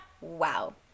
wow